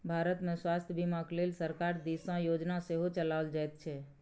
भारतमे स्वास्थ्य बीमाक लेल सरकार दिससँ योजना सेहो चलाओल जाइत छै